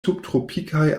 subtropikaj